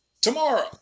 Tomorrow